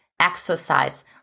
Exercise